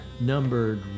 numbered